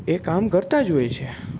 એ કામ કરતાં જ હોય છે